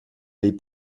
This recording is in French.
les